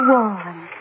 one